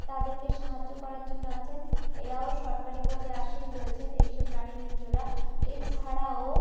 তাদেরকে সাহায্য করার জন্য আছেন এরাও সরকারি পদে আসীন রয়েছেন এইসব প্রাণী মিত্ররা এছাড়াও